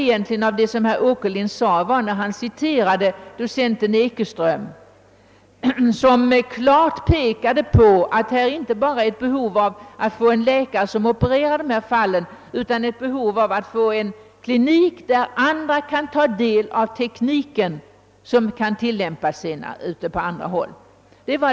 Det tyngst vägande i herr Åkerlinds anförande var hans citat av docent Ekeström, som klart pekar på att det här inte bara föreligger ett behov av en läkare som opererar dessa fall utan även av en klinik där andra läkare kan lära sig tekniken och sedan tillämpa den på andra håll.